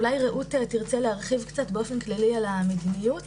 אולי רעות תרצה להרחיב באופן כללי על המדיניות.